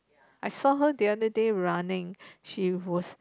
I saw her the other day running she was